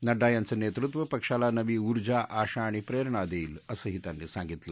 नड्डा यांचं नेतृत्व पक्षाला नवी ऊर्जा आशा आणि प्रेरणा देईल असंही त्यांनी सांगितलं